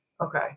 Okay